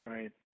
Right